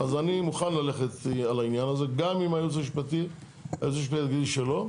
אז אני מוכן ללכת על העניין הזה גם אם הייעוץ המשפטי יגיד לי שלא,